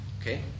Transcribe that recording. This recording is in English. Okay